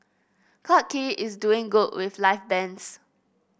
Clarke Quay is doing good with live bands